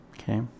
Okay